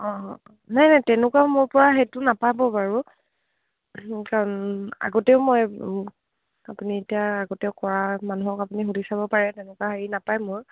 অঁ নাই নাই তেনেকুৱা মোৰপৰা সেইটো নাপাব বাৰু কাৰণ আগতেও মই আপুনি এতিয়া আগতে কৰা মানুহক আপুনি সুধি চাব পাৰে তেনেকুৱা হেৰি নাপায় মোৰ